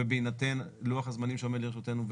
ובהינתן לוח הזמנים שעומד לרשותנו,